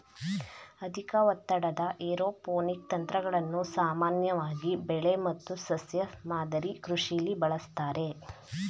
ಅಧಿಕ ಒತ್ತಡದ ಏರೋಪೋನಿಕ್ ತಂತ್ರಗಳನ್ನು ಸಾಮಾನ್ಯವಾಗಿ ಬೆಳೆ ಮತ್ತು ಸಸ್ಯ ಮಾದರಿ ಕೃಷಿಲಿ ಬಳಸ್ತಾರೆ